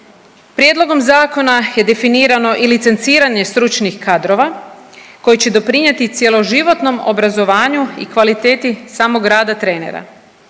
Prijedlogom zakona je definirano i licenciranje stručnih kadrova koji će doprinijeti cjeloživotnom obrazovanju i kvaliteti samog rada trenera.